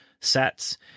sets